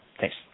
thanks